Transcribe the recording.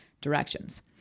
directions